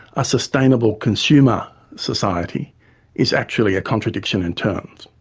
a sustainable consumer society is actually a contradiction in terms.